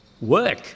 Work